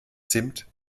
zimt